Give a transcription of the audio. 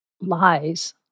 lies